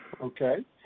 Okay